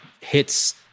hits